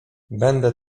będę